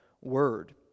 word